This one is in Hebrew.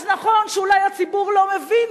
אז נכון שאולי הציבור לא מבין,